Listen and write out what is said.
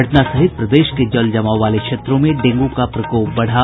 पटना सहित प्रदेश के जलजमाव वाले क्षेत्रों में डेंगू का प्रकोप बढ़ा